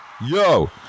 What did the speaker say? Yo